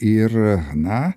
ir na